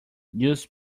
use